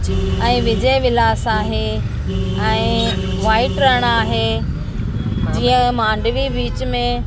ऐं विजय विलास आहे ऐं वाइट रण आहे जीअं मांडवी बीच में